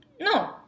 No